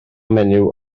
menyw